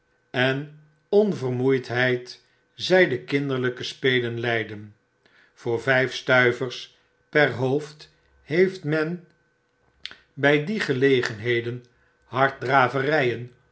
en overmoeidheid zy de kinderlijke spelen leiden voor vjjf stuivers per hoofd heeft men by die gelegenheden